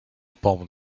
upon